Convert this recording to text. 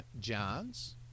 Johns